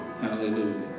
Hallelujah